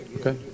Okay